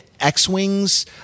x-wings